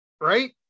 right